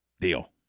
deal